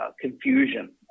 confusion